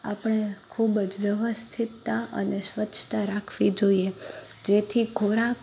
આપણે ખૂબ જ વ્યવસ્થિતતા અને સ્વચ્છતા રાખવી જોઈએ જેથી ખોરાક